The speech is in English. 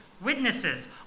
witnesses